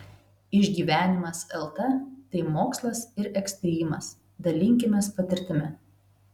išgyvenimas lt tai mokslas ir ekstrymas dalinkimės patirtimi